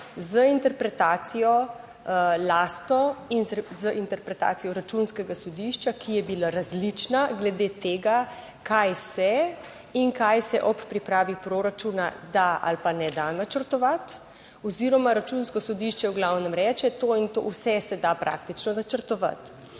z interpretacijo lasto in z interpretacijo Računskega sodišča, ki je bila različna glede tega, kaj se in kaj se ob pripravi proračuna da ali pa ne da načrtovati oziroma Računsko sodišče v glavnem reče, to in to, vse se da praktično načrtovati.